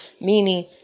Meaning